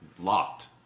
locked